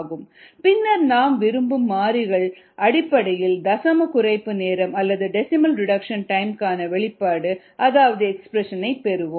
பின்னர் நாம் விரும்பும் மாறிகள் அடிப்படையில் தசம குறைப்பு நேரம் அல்லது டெசிமல் ரெடக்ஷன் டைம் க்கான வெளிப்பாடு அதாவது எக்ஸ்பிரஷன் பெறுவோம்